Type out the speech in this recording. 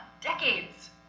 decades